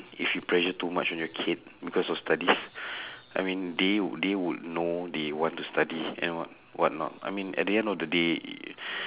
if you pressure too much on your kid because of studies I mean they would they would know they want to study and what whatnot I mean at the end of the day